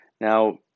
Now